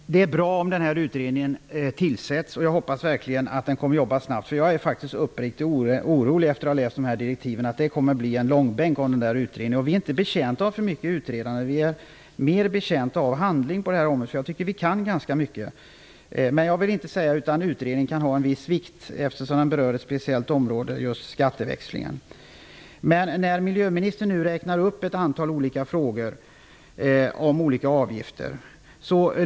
Fru talman! Det är bra om denna utredning tillsätts, och jag hoppas verkligen att den kommer att arbeta snabbt. Jag är efter att ha läst direktiven faktiskt uppriktigt orolig för att den kommer att bli en långbänk. Vi är inte betjänta av för mycket utredande utan mera av handling på det här området. Jag tycker att vi kan göra ganska mycket. Men jag vill inte säga att utredningen inte kan ha en viss vikt, eftersom den berör just skatteväxlingen. Miljöministern räknar upp ett antal frågor om olika avgifter.